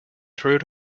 through